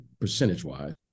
percentage-wise